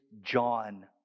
John